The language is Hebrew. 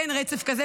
אין רצף כזה,